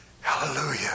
Hallelujah